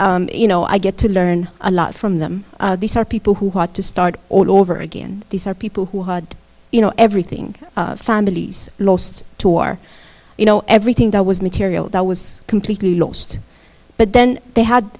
you know i get to learn a lot from them these are people who had to start all over again these are people who had you know everything families lost to war you know everything that was material that was completely lost but then they had